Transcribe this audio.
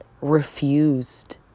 refused